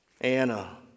Anna